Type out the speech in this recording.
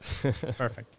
Perfect